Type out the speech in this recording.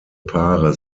paare